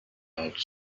out